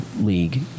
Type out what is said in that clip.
league